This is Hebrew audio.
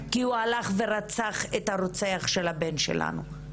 כי הוא הלך ורצח את הרוצח של הבן שלנו,